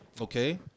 Okay